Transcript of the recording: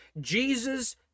jesus